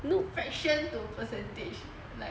you know fraction to percentage